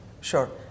Sure